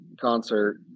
concert